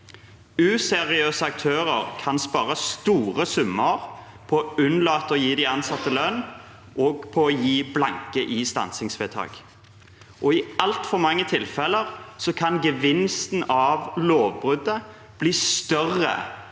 Useriøse aktører kan spare store summer på å unnlate å gi de ansatte lønn og på å gi blanke i stansingsvedtak. I altfor mange tilfeller kan også gevinsten av lovbruddet bli større